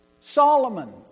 Solomon